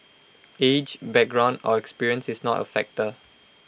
age background or experience is not A factor